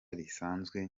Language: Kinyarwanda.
risanzwe